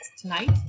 tonight